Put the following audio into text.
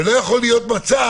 לא יכול להיות מצב